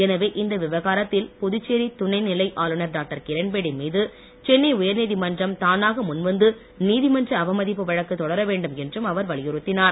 எனவே இந்த விவகாரத்தில் புதுச்சேரி துணை நிலை ஆளுநர் டாக்டர் கிரண்பேடி மீது சென்னை உயர்நீதிமன்றம் தானாக முன்வந்து நீதிமன்ற அவமதிப்பு வழக்கு தொடர வேண்டும் என்றும் அவர் வலியுறுத்தினார்